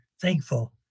thankful